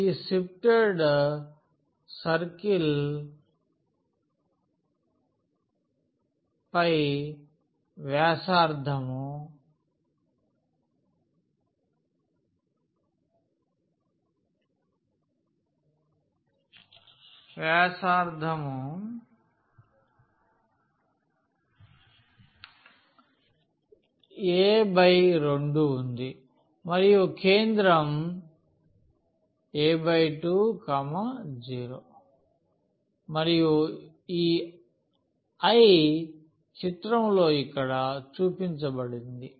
ఈ shifted circle pai వ్యాసార్థం a2 ఉంది మరియు కేంద్రం a20మరియు I ఈ చిత్రంలో ఇక్కడ చూపించబడింది